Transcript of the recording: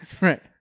right